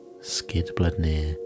Skidbladnir